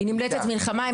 היא נמלטת מלחמה.